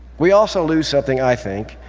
we also lose something, i think,